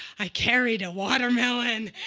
i carried a watermelon.